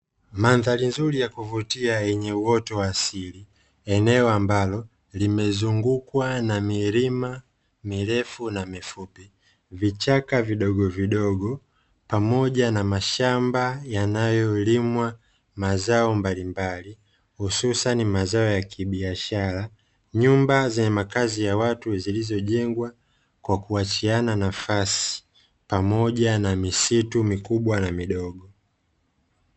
Mandhari nzuri ya kuvutia yenye uwoto wa asili. Eneo ambalo limezungukwa na milima mirefu na mifupi. Vichaka vidogo vidogo pamoja na mashamba yanayolimwa mazao mbalimbali, hususani mazao ya kibiashara. Nyumba zenye makazi ya watu zilizojengwa kwa kuachiana nafasi, pamoja na misitu mikubwa na midogo.